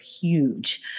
huge